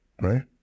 right